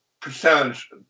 percentage